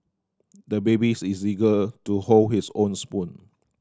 the babies is eager to hold his own spoon